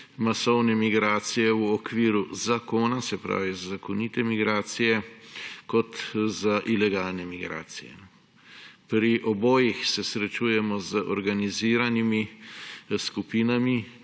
masovne migracije v okviru zakona, se pravi zakonite migracije, kot za ilegalne migracije. Pri obojih se srečujemo z organiziranimi skupinami,